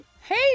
Hey